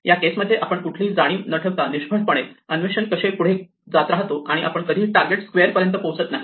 या केस मध्ये आपण कुठलीही जाणीव न ठेवता निष्फळ पणे अन्वेषण करत पुढे जात राहतो आणि आपण कधीही टारगेट स्क्वेअर पर्यंत पोहोचत नाही